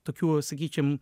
tokių sakykim